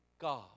God